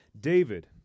David